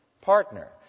partner